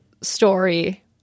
story